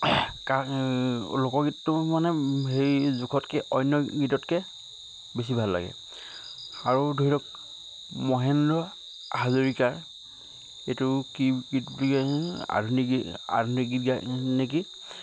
কাৰণ লোকগীতটো মানে সেই জোখতকে অন্য গীততকে বেছি ভাল লাগে আৰু ধৰি লওক মহেন্দ্ৰ হাজৰিকাৰ এইটো কি গীত বুলি কয় আধুনিক আধুনিক গীত গায় নেকি